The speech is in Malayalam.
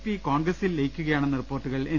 പി കോൺഗ്രസ്സിൽ ലയിക്കു ക യാ ണെന്ന റിപ്പോർട്ടുകൾ എൻ